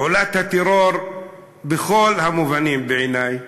פעולת טרור בכל המובנים בעיני,